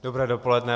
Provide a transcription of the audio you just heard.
Dobré dopoledne.